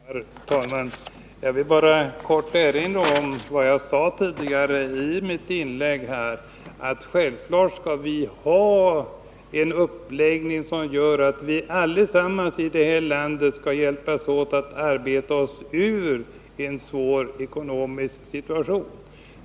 Herr talman! Jag vill bara kort erinra om vad jag sade i mitt tidigare anförande, nämligen att vi självfallet skall ha en sådan uppläggning att vi allesammans i det här landet skall hjälpas åt att arbeta oss ur en svår ekonomisk situation.